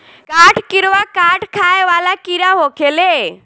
काठ किड़वा काठ खाए वाला कीड़ा होखेले